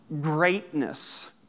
greatness